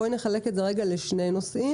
בואי נחלק את זה רגע לשני נושאים.